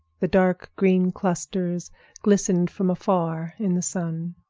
the dark green clusters glistened from afar in the sun.